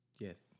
Yes